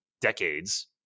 Decades